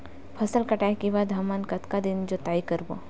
फसल कटाई के बाद हमन कतका दिन जोताई करबो?